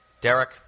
Derek